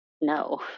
no